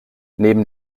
neben